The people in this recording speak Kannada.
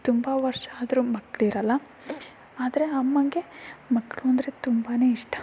ತುಂಬ ವರ್ಷ ಆದರೂ ಮಕ್ಳು ಇರೋಲ್ಲ ಆದರೆ ಅಮ್ಮನಿಗೆ ಮಕ್ಕಳು ಅಂದರೆ ತುಂಬಾ ಇಷ್ಟ